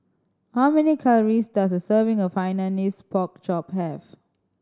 how many calories does a serving of Hainanese Pork Chop have